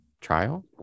trial